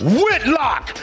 Whitlock